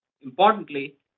Importantly